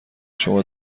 شما